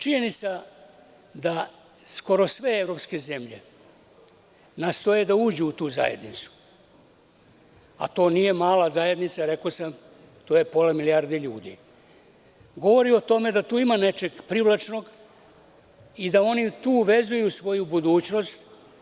Činjenica da skoro sve evropske zemlje nastoje da uđu u tu zajednicu, a to nije mala zajednica, rekao sam, to je pola milijardi ljudi, govori o tome da tu ima nečeg privlačnog i da oni tu vezuju svoju budućnost.